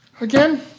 again